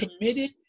committed